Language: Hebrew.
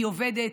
היא עובדת,